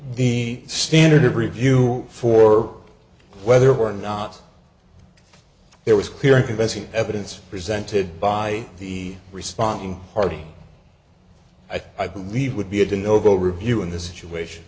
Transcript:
the standard of review for whether or not there was clear and convincing evidence presented by the responding party i believe would be a to novo review in this situation